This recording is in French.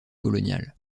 coloniales